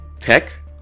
Tech